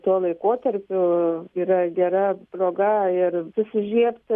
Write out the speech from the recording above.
tuo laikotarpiu yra gera proga ir susižiebti